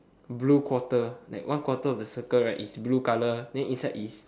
blue quarter like one quarter of the circle right is blue colour then inside is